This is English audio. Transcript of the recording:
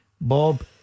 Bob